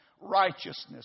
righteousness